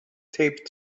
taped